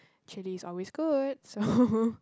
chilli is always good so